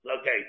Okay